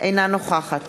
אינה נוכחת